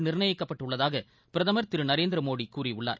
நிர்ணயிக்கப்பட்டுள்ளதாக பிரதமர்திரு நரேந்திர மோடி கூறியுள்ளார்